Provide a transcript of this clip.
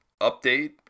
update